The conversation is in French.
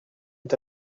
est